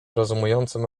rozumującym